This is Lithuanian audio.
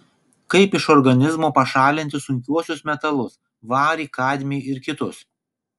kaip iš organizmo pašalinti sunkiuosius metalus varį kadmį ir kitus